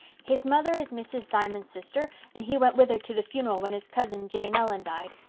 his mother is mrs. simon's sister and he went with her to the funeral when his cousin, jane ellen, died.